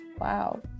wow